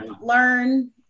Learn